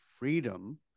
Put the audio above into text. Freedom